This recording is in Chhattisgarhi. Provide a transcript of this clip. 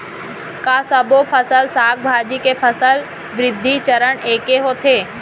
का सबो फसल, साग भाजी के फसल वृद्धि चरण ऐके होथे?